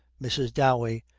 mrs. dowey.